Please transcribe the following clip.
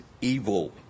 evil